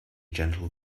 gentle